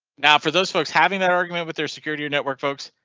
now for those folks having that argument with their security and network folks.